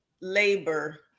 labor